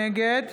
נגד